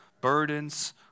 burdens